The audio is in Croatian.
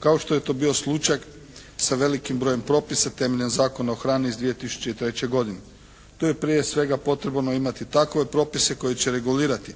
kao što je to bio slučaj sa velikim brojem propisa temeljem Zakona o hrani iz 2003. godine. Tu je prije svega potrebno imati takve propise koji će regulirati